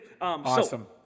Awesome